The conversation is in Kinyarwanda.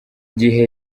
gihe